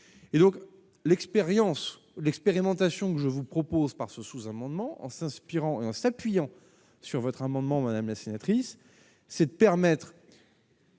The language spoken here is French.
et donc l'expérience l'expérimentation que je vous propose par ce sous-amendement en s'inspirant et en s'appuyant sur votre amendement madame la sénatrice c'est permettre